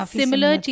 similar